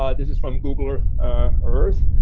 ah this is from google earth.